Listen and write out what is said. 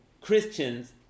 Christians